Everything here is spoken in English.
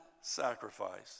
sacrifice